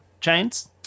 chains